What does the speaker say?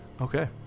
Okay